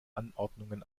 anordnungen